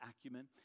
acumen